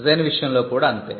design విషయం కూడా అంతే